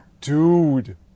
Dude